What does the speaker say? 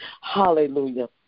Hallelujah